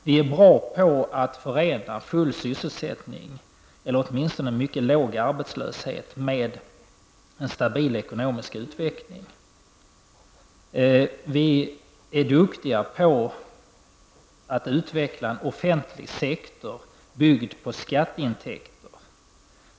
Vi är bra på att förena full sysselsättning, eller åtminstone mycket låg arbetslöshet, med en stabil ekonomisk utveckling. Vi är duktiga på att utveckla offentlig sektor som är byggd på skatteintäkter.